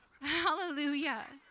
hallelujah